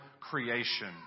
creation